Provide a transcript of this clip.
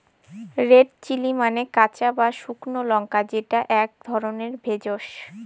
red chilli মানে কাঁচা বা শুকনো লঙ্কা যেটা এক ধরনের ভেষজ